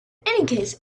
case